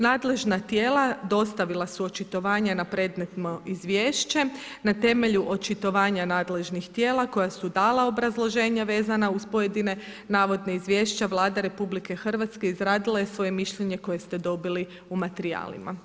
Nadležna tijela dostavila su očitovanja na predmetno izvješće na temelju očitovanja nadležnih tijela koja su dala obrazloženja vezana uz pojedine navodne izvješća, Vlada RH izradila je svoje mišljenje koje ste dobili u materijalima.